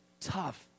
tough